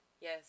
Yes